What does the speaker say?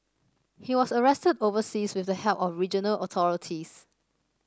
he was arrested overseas with the help of regional authorities